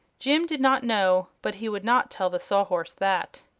jim did not know, but he would not tell the sawhorse that.